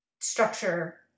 structure